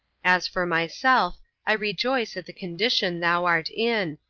as for myself, i rejoice at the condition thou art in,